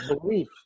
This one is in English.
belief